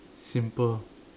simple